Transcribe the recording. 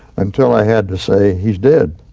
until i had to say he's dead.